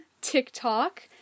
TikTok